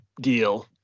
deal